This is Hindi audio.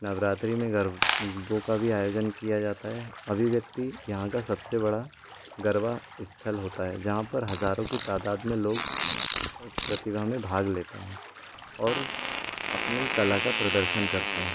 नवरात्रि में गरबों का भी आयोजन किया जाता है अभिव्यक्ति यहाँ का सबसे बड़ा गरबा स्थल होता है जहाँ पर हजारों की तादाद में लोग प्रतिभा में भाग लेते हैं और अपनी कला का प्रदर्शन करते हैं